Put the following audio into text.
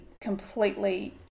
completely